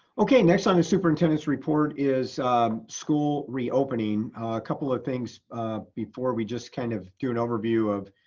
okay, next on the superintendents report is school reopening a couple of things before we just kind of do an overview of